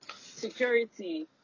security